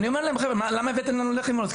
אני אומר להם, חבר'ה, למה הבאתם לנו לחם ואורז?